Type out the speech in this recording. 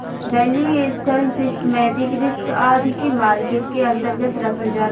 valuation, systematic risk आदि के market के अन्तर्गत रखल जाला